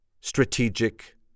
strategic